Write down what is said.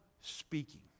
speaking